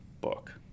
book